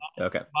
Okay